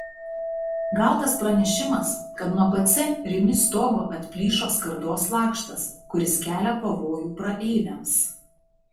gautas pranešimas kad nuo pc rimi stogo atplyšo skardos lakštas kuris kelia pavojų praeiviams